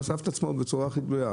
הוא חשף את עצמו בצורה הכי גלויה.